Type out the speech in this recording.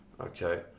okay